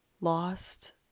lost